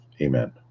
Amen